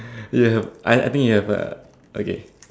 ya I think you have a okay